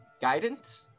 Guidance